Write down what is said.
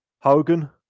Hogan